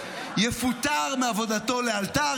יפוטר מעבודתו לאלתר.